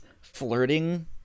flirting